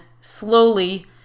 slowly